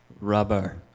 Rubber